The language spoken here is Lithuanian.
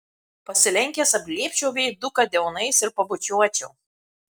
pasilenkęs apglėbčiau veiduką delnais ir pabučiuočiau